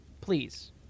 please